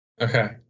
okay